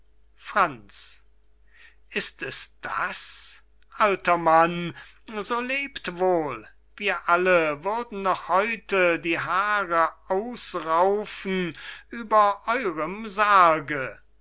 franz ist es das alter mann so lebt wohl wir alle würden noch heute die haare ausraufen über eurem sarge